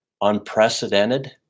unprecedented